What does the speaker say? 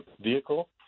vehicle